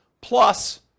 plus